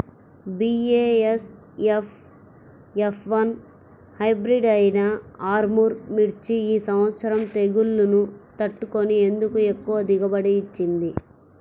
BASF F one hybrid అయినా ఆర్ముర్ మిర్చి ఈ సంవత్సరం తెగుళ్లును తట్టుకొని ఎందుకు ఎక్కువ దిగుబడి ఇచ్చింది?